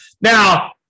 Now